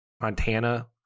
Montana